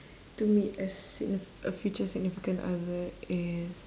to meet a signif~ a future significant other is